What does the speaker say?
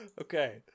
Okay